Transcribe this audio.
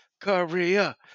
Korea